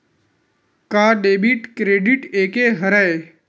का debit credit एके हरय?